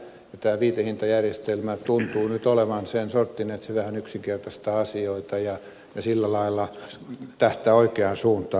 tämä viitehintajärjestelmä tuntuu nyt olevan sen sorttinen että se vähän yksinkertaistaa asioita ja sillä lailla tähtää oikeaan suuntaan